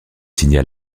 signa